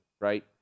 right